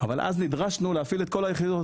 אבל אז נדרשנו להפעיל את כל היחידות,